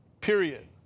period